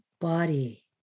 body